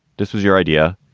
this was your idea.